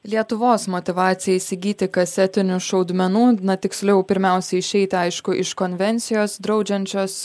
lietuvos motyvacija įsigyti kasetinių šaudmenų na tiksliau pirmiausia išeiti aišku iš konvencijos draudžiančios